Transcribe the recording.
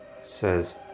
says